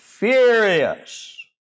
Furious